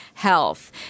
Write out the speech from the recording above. health